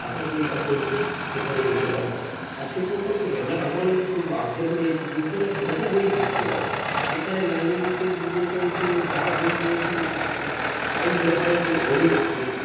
আশা করি তখন সেখানে যেতে পারবো আর সে সম্পর্কে জানার আমারও খুব আগ্রহ রয়েছে যে ওখানে কত বই থাকতে পারে এখানের লাইব্রেরিতে গুলোতে তো যা বই রয়েছে তাই মনে হয় যে অনেক বেশি